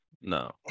no